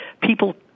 people